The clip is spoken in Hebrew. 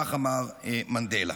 כך אמר מנדלה.